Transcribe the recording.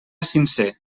sincer